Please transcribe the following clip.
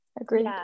Agreed